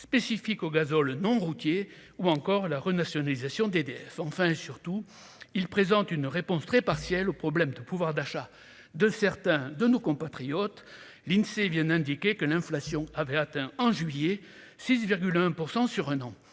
spécifique au gazole non routier ou encore la renationalisation d'EDF, enfin, surtout, il présente une réponse très partielle au problème de pouvoir d'achat de certains de nos compatriotes l'Insee viennent indiquer que l'inflation avait atteint en juillet 6 virgule